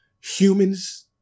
humans